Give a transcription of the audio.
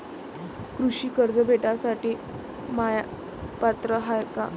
कृषी कर्ज भेटासाठी म्या पात्र हाय का?